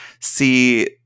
see